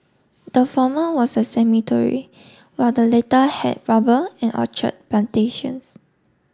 the former was a cemetery while the later had rubber and orchard plantations